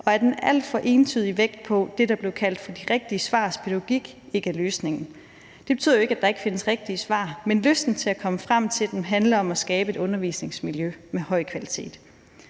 og at en alt for entydig vægt på det, der blev kaldt for de rigtige svars pædagogik, ikke er løsningen. Det betyder jo ikke, at der ikke findes rigtige svar, men lysten til at komme frem til dem handler om at skabe et undervisningsmiljø med høj kvalitet.